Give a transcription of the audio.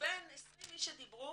מבין 20 איש שדיברו